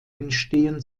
entstehen